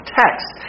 text